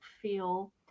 feel